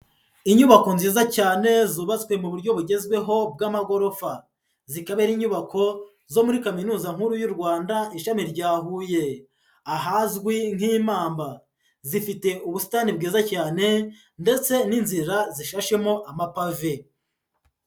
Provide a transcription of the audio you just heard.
Inyubako nziza cyane zubatswe mu buryo bugezweho bw'amagorofa, zikaba ari inyubako zo muri kaminuza nkuru y'u Rwanda ishami rya Huye, ahazwi nk'i Mamba, zifite ubusitani bwiza cyane ndetse n'inzira zishashemo amapave.